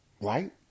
right